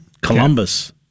Columbus